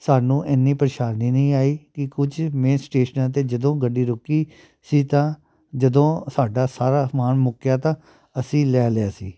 ਸਾਨੂੰ ਇੰਨੀ ਪਰੇਸ਼ਾਨੀ ਨਹੀਂ ਆਈ ਕਿ ਕੁਝ ਮੇਨ ਸਟੇਸ਼ਨਾਂ 'ਤੇ ਜਦੋਂ ਗੱਡੀ ਰੁਕੀ ਸੀ ਤਾਂ ਜਦੋਂ ਸਾਡਾ ਸਾਰਾ ਸਮਾਨ ਮੁੱਕਿਆ ਤਾਂ ਅਸੀਂ ਲੈ ਲਿਆ ਸੀ